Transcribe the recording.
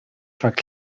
rhag